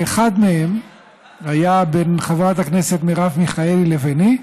ואחד מהם היה בין חברת הכנסת מרב מיכאלי לביני,